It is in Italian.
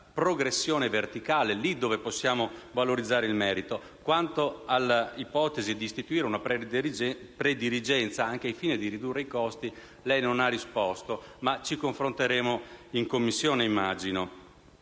progressione verticale ed è lì dove possiamo valorizzare il merito. Quanto all'ipotesi di istituire una predirigenza, anche ai fini di ridurre i costi, lei non ha risposto, ma immagino che su questo ci confronteremo in Commissione. Credo